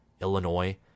Illinois